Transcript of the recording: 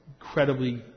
incredibly